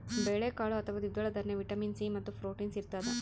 ಬೇಳೆಕಾಳು ಅಥವಾ ದ್ವಿದಳ ದಾನ್ಯ ವಿಟಮಿನ್ ಸಿ ಮತ್ತು ಪ್ರೋಟೀನ್ಸ್ ಇರತಾದ